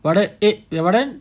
but then eh ya but then